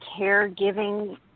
caregiving